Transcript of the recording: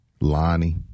Lonnie